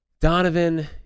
donovan